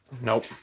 Nope